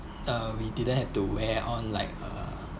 uh we didn't have to wear on like a